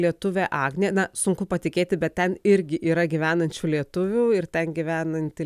lietuvė agnė na sunku patikėti bet ten irgi yra gyvenančių lietuvių ir ten gyvenanti